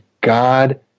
God